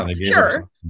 sure